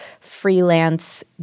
freelance